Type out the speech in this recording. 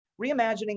Reimagining